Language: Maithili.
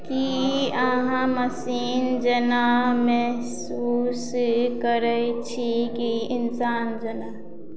की अहाँ मशीन जेना मेहसुस करै छी कि इंसान जेना